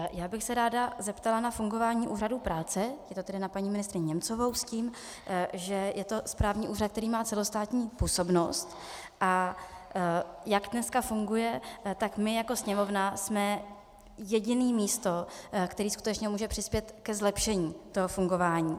Já bych se ráda zeptala na fungování Úřadu práce, je to tedy na paní ministryni Němcovou, s tím, že je to správní úřad, který má celostátní působnost, a jak dneska funguje, tak my jako Sněmovna jsme jediné místo, které skutečně může přispět ke zlepšení toho fungování.